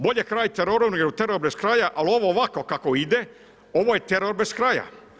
Bolje kraj teroru nego teror bez kraja“ ali ovako kako ide ovo je teror bez kraja.